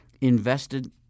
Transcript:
invested